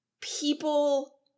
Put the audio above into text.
people